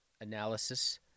Analysis